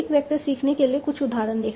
wait vector सीखने के लिए कुछ उदाहरण देखते हैं